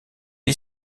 est